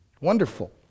Wonderful